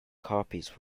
copies